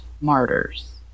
martyrs